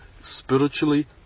spiritually